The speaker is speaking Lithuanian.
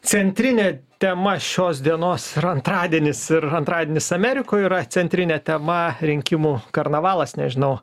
centrinė tema šios dienos antradienis ir antradienis amerikoj yra centrinė tema rinkimų karnavalas nežinau